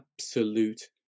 absolute